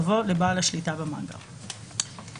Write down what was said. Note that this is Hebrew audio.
לנעמה על עבודה מאוד מפורטת ועבודת הרקע.